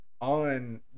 on